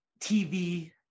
TV